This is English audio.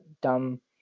dumb